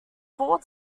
full